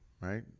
Right